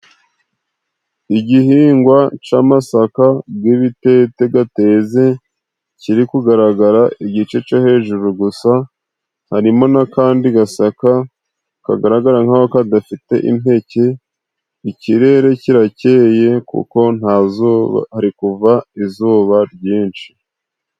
Igihingwa c'amasaka gw'ibitete gateze，kiri kugaragara igice cyo hejuru gusa，harimo n'akandi gasaka kagaragara nk'aho kadafite impeke，ikirere kirakeye，kuko hari kuva izuba ryinshi.